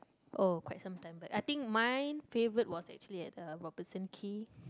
oh I sometime but I think my favorite was actually at the Robertson-Quay